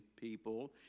people